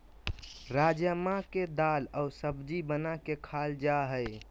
राजमा के दाल और सब्जी बना के खाल जा हइ